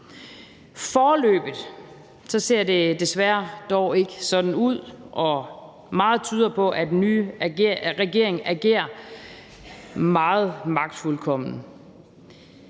Foreløbig ser det dog desværre ikke sådan ud, og meget tyder på, at den nye regering agerer meget magtfuldkomment.